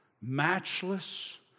matchless